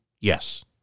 Yes